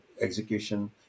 execution